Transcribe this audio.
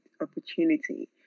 opportunity